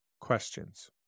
Questions